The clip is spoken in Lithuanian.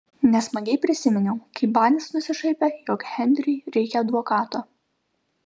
nesmagiai prisiminiau kaip banis nusišaipė jog henriui reikią advokato